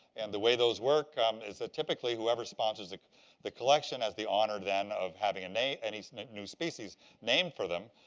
and the way those work is that, typically, whoever sponsors the collection has the honor, then, of having ah a and new new species named for them.